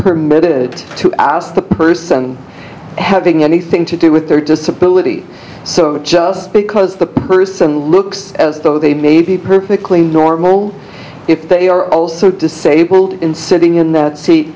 permitted to ask the person having anything to do with their disability so just because the person looks as though they may be perfectly normal if they are also disabled in sitting in that se